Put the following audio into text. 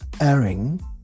airing